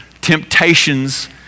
temptations